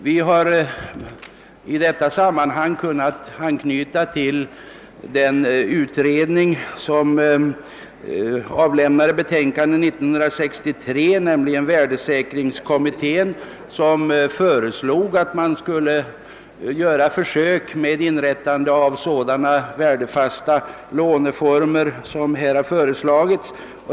Vi har i detta sammanhang kunnat anknyta till den utredning som avlämnade sitt betänkande år 1963, nämligen värdesäkringskommittén som föreslog att försök skulle göras med inrättande av sådana värdefasta låneformer som här har föreslagits.